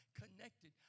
connected